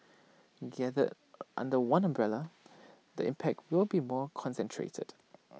gathered under one umbrella the impact will be more concentrated